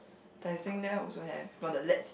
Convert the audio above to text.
Tai Seng there also have got the let's